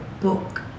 book